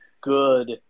good